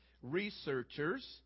researchers